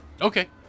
Okay